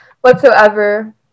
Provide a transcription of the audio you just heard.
whatsoever